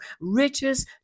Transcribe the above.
riches